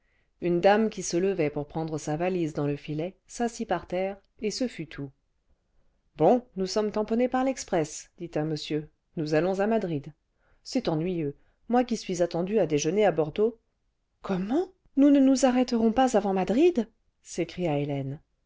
une dame qui se levait pour prendre sa valise dans le filet s'assit par terre et ce fut tout ce bon nous sommes tamponnés par l'express dit un monsieur nous allons à madrid c'est ennuyeux moi qui suis attendu à déjeuner à bordeaux comment nous ne nous arrêterons pas avant madrid s'écria hélène